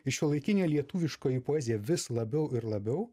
šiuolaikinė lietuviškoji poezija vis labiau ir labiau